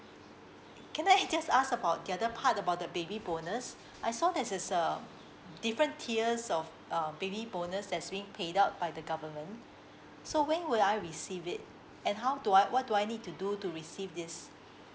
can I just ask about the other part about the baby bonus I saw there's is uh different tiers of um baby bonus that's being paid out by the government so when will I receive it and how do I what do I need to do to receive this